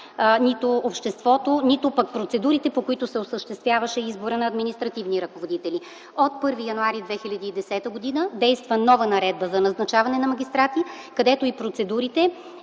нито обществото, нито пък процедурите, по които се осъществяваше избора на административни ръководители. От 1 януари 2010 г. действа нова наредба за назначаване на магистрати, където и процедурите,